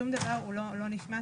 שום דבר לא נשמט.